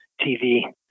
TV